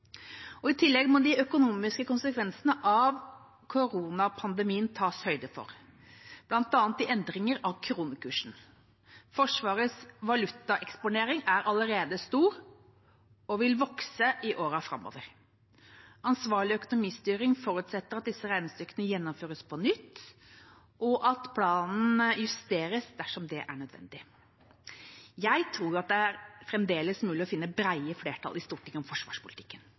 I tillegg må de økonomiske konsekvensene av koronapandemien tas høyde for, bl.a. ved endringer i kronekursen. Forsvarets valutaeksponering er allerede stor og vil vokse i årene framover. Ansvarlig økonomistyring forutsetter at disse regnestykkene gjennomføres på nytt, og at planen justeres dersom det er nødvendig. Jeg tror det fremdeles er mulig å finne brede flertall i Stortinget om forsvarspolitikken.